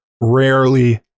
rarely